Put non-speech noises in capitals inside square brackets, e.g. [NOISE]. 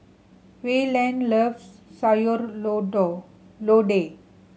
Wayland loves sayur [UNINTELLIGIBLE] lodeh